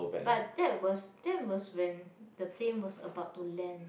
but that was that was when the plane was about to land